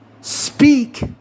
speak